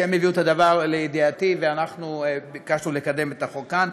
הם הביאו את הדבר לידיעתי ואנחנו ביקשנו לקדם את החוק כאן.